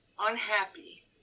unhappy